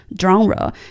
genre